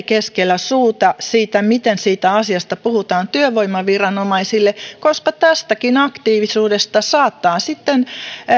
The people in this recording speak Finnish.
keskellä suuta siitä miten siitä asiasta puhutaan työvoimaviranomaisille koska tästäkin aktiivisuudesta saattaa sitten